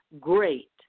great